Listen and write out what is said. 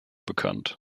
bekannt